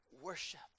worship